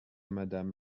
madame